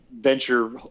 venture